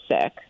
sick